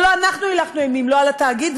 ולא אנחנו הילכנו אימים לא על התאגיד,